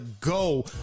go